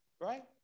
right